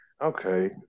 Okay